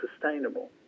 sustainable